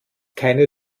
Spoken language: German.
keine